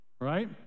right